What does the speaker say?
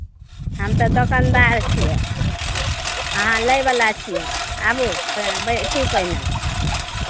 हम तऽ दोकानदार छियै अहाँ लयवला छियै आबू तैँ बैठू पहिने